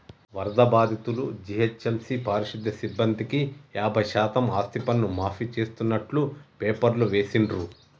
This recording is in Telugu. వరద బాధితులు, జీహెచ్ఎంసీ పారిశుధ్య సిబ్బందికి యాభై శాతం ఆస్తిపన్ను మాఫీ చేస్తున్నట్టు పేపర్లో వేసిండ్రు